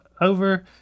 Over